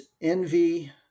envy